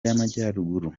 y’amajyaruguru